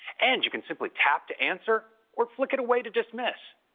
and you can simply tap to answer or flick it away to dismiss.